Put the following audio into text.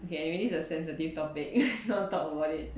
okay maybe it's a sensitive topic let's not talk about it